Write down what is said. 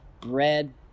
bread